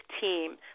team